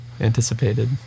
anticipated